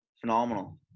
phenomenal